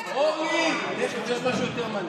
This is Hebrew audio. אורלי, יש משהו יותר מעניין.